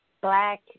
black